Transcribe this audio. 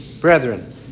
brethren